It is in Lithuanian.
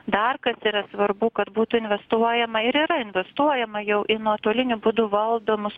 dar kas yra svarbu kad būtų investuojama ir yra investuojama jau į nuotoliniu būdu valdomus